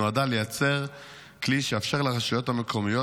נועדה לייצר כלי שיאפשר לרשויות המקומיות